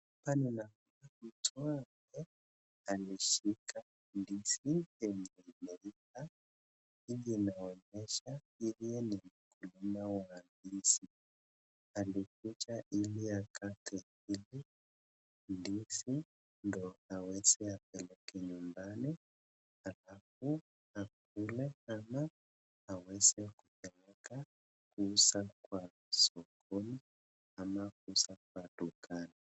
Hapa ninaona mtu ambaye anashika ndizi yenye imeiva. Hii inaonyesha yeye ni mkulima wa ndizi. Alikuja ili akate ndizi ndio aweze kupeleka nyumbani alafu akule ama aweze kupeleka kuuza kwa sokoni ama kuuza kwa dukani.